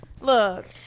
look